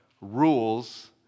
rules